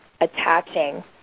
attaching